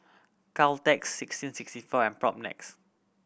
Caltex sixteen sixty four and Propnex